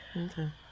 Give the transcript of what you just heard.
okay